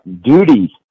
duty